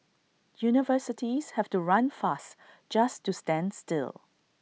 universities have to run fast just to stand still